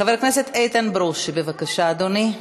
חבר הכנסת איתן ברושי, בבקשה, אדוני.